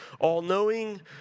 all-knowing